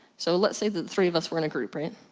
so let's say that three of us were in a group, right?